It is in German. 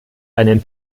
einen